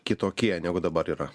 kitokie negu dabar yra